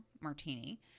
Martini